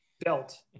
belt